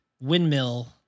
windmill